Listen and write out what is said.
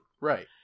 Right